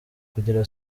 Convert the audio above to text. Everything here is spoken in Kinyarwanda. kugera